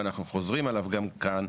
ואנחנו חוזרים עליו גם כאן.